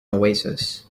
oasis